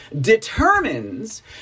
determines